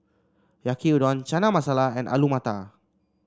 Yaki Udon Chana Masala and Alu Matar